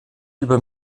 über